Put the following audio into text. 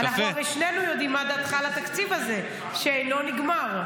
הרי שנינו יודעים מה דעתך על התקציב הזה שאינו נגמר.